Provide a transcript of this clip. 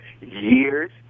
years